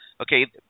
Okay